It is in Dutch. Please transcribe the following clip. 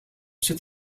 zit